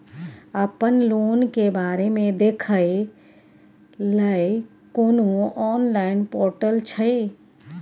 अपन लोन के बारे मे देखै लय कोनो ऑनलाइन र्पोटल छै?